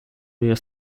rear